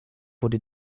wurde